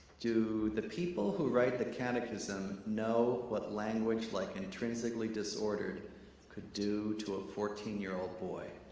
do the people who write the catechism know what language like and intrinsically disordered could do to a fourteen year old boy?